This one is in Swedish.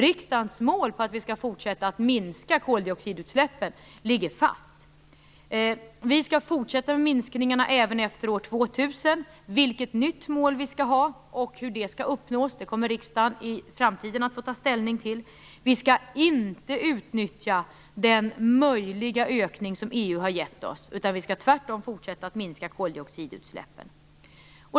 Riksdagens mål, att vi skall fortsätta minska koldioxidutsläppen, ligger fast. Vi skall fortsätta minskningarna även efter år 2000. Vilket nytt mål vi skall ha och hur det skall uppnås kommer riksdagen att få ta ställning till i framtiden. Vi skall inte utnyttja den möjlighet till ökning som EU har givit oss, utan vi skall tvärtom fortsätta minska koldioxidutsläppen.